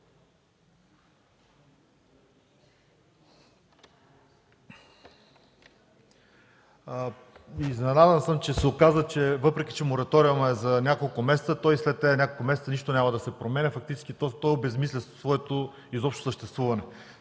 Изненадан съм, оказа се, въпреки мораториумът да е за няколко месеца, след тези няколко месеца нищо няма да се променя. Фактически той обезсмисля изобщо своето съществуване.